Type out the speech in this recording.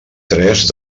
tres